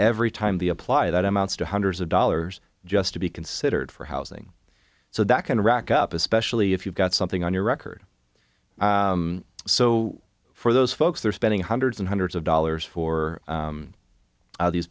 every time the apply that amounts to hundreds of dollars just to be considered for housing so that can rack up especially if you've got something on your record so for those folks they're spending hundreds and hundreds of dollars for